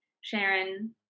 Sharon